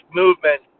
movement